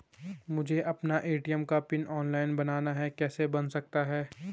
मुझे अपना ए.टी.एम का पिन ऑनलाइन बनाना है कैसे बन सकता है?